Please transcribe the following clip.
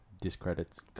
discredits